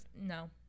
No